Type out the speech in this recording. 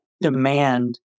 demand